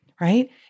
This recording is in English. right